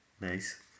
Nice